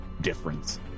difference